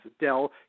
Dell